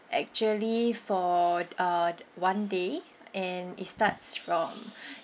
actually for uh one day and it starts from